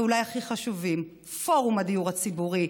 ואולי הכי חשובים: פורום הדיור הציבורי,